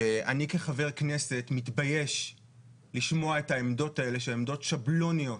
אני כחבר כנסת מתבייש לשמוע את העמדות האלה שהן עמדות שבלוניות,